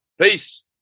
Peace